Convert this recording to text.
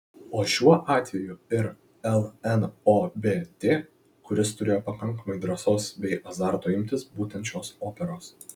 o šiuo atveju ir lnobt kuris turėjo pakankamai drąsos bei azarto imtis būtent šios operos